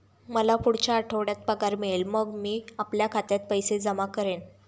मला पुढच्या आठवड्यात पगार मिळेल मग मी आपल्या खात्यात पैसे जमा करेन